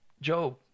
Job